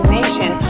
nation